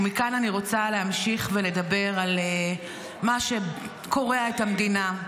ומכאן אני רוצה להמשיך ולדבר על מה שקורע את המדינה,